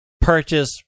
purchase